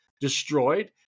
destroyed